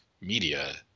media